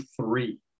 three